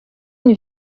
une